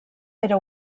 era